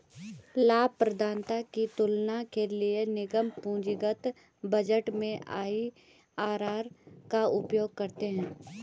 लाभप्रदाता की तुलना के लिए निगम पूंजीगत बजट में आई.आर.आर का उपयोग करते हैं